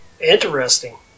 Interesting